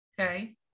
okay